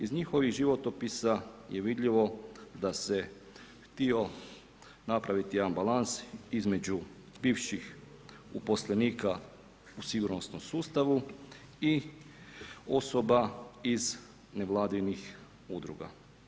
Iz njihovih životopisa je vidljivo da se htio napraviti jedan balans između bivših uposlenika u sigurnosnom sustavu i osoba iz nevladih udruga.